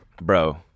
Bro